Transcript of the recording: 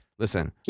listen